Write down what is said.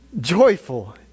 joyful